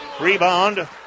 Rebound